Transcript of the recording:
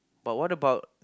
but what about